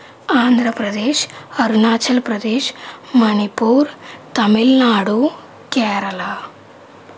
Andhra Pradesh Arunachal Pradesh Manipur Tamil Nadu Kerala